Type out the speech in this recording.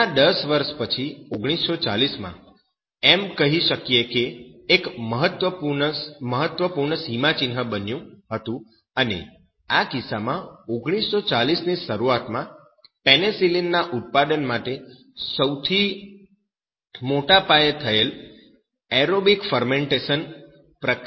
તેના દસ વર્ષ પછી 1940 માં એમ કહી શકાય કે એક મહત્વપૂર્ણ સીમાચિન્હ બન્યું હતું અને આ કિસ્સામાં 1940 ની શરૂઆતમાં પેનિસિલિન ના ઉત્પાદન માટે સૌથી મોટા પાયે થયેલ એરોબિક ફરમેન્ટેશન પ્રક્રિયાનો વિકાસ થયો હતો